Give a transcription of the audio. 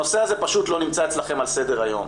הנושא הזה פשוט לא נמצא אצלכם על סדר היום.